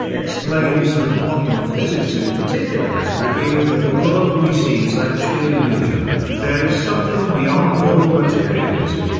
explains that quantum physics in particular has revealed that the world we see is actually an illusion there is something beyond all materialism,